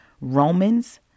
Romans